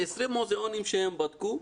ב-20 מוזיאונים שהם בדקו,